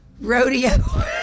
Rodeo